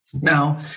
Now